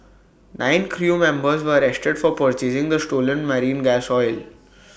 nine crew members were arrested for purchasing the stolen marine gas oil